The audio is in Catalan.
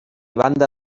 banda